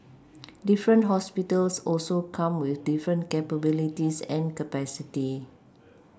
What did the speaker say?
different hospitals also come with different capabilities and capacity